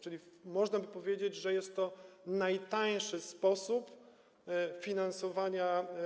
Czyli można by powiedzieć, że jest to najtańszy sposób finansowania.